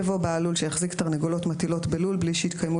יבוא: "(5)בעל לול שהחזיק תרנגולות מטילות בלול בלי שהתקיימו